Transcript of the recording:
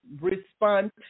respond